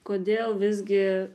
kodėl visgi